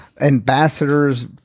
ambassadors